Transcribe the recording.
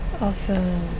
awesome